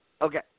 Okay